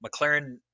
McLaren